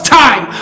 time